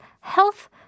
health